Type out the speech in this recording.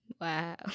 wow